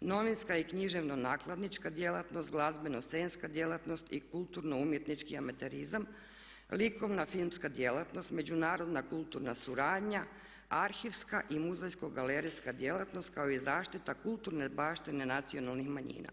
novinska i književno nakladnička djelatnost, glazbeno scenska djelatnost i kulturno umjetnički amaterizam, likovna, filmska djelatnost, međunarodna kulturna suradnja, arhivska i muzejsko-galerijska djelatnost kao i zaštita kulturne zaštite nacionalnih manjina.